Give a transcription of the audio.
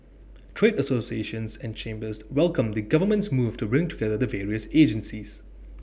trade associations and chambers welcomed the government's move to bring together the various agencies